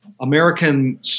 American